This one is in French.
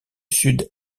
sud